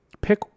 pick